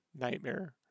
nightmare